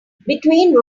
between